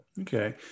Okay